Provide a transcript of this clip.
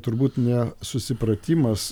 turbūt nesusipratimas